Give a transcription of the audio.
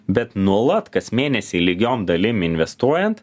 bet nuolat kas mėnesį lygiom dalim investuojant